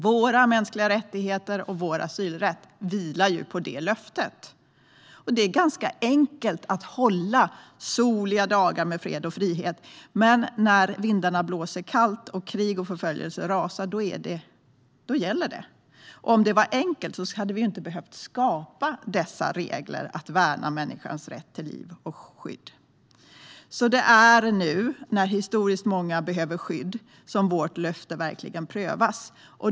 Våra mänskliga rättigheter och vår asylrätt vilar på det löftet. Det är ganska enkelt att hålla detta löfte under soliga dagar med fred och frihet. Men när vindarna blåser kallt och krig och förföljelse rasar - då gäller det. Om det vore enkelt hade vi inte behövt skapa dessa regler om att värna människans rätt till liv och skydd. Det är nu när historiskt många behöver skydd som vårt löfte verkligen prövas.